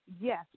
yes